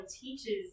teaches